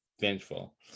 vengeful